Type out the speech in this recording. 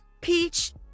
Peach